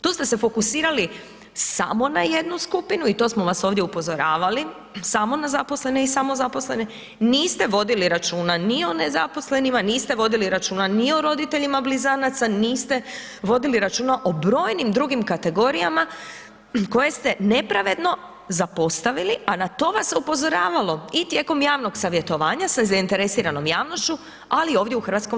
Tu ste se fokusirali samo na jednu skupinu i to smo vas ovdje upozoravali, samo na zaposlene i samozaposlene, niste vodili računa ni o nezaposlenima, niste vodili računa ni o roditeljima blizanaca, niste vodili računa o brojnim drugim kategorijama koje ste nepravedno zapostavili, a na to vam se je upozoravalo i tijekom javnog savjetovanja sa zainteresiranom javnošću, ali i ovdje u HS.